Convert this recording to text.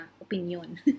opinion